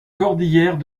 cordillère